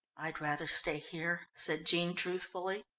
i'd rather stay here, said jean truthfully.